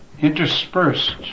interspersed